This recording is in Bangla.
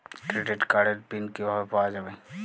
ক্রেডিট কার্ডের পিন কিভাবে পাওয়া যাবে?